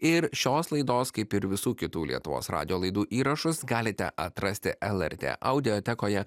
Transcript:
ir šios laidos kaip ir visų kitų lietuvos radijo laidų įrašus galite atrasti lrt audiotekoje